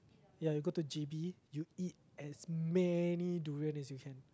ya you go to J_B you eat as many durian as you can